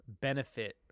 benefit